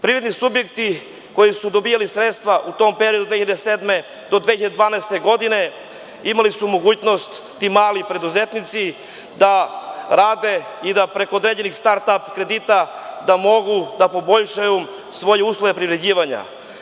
Privredni subjekti koji su dobijali sredstva u tom periodu od 2007. do 2012. godine, imali su mogućnost, ti mali preduzetnici, da rade i da preko određenih start ap kredita mogu da poboljšaju svoje uslove privređivanja.